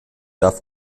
darf